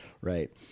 Right